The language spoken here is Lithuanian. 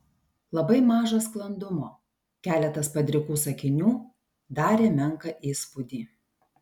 labai maža sklandumo keletas padrikų sakinių darė menką įspūdį